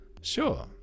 Sure